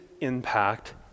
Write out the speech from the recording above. impact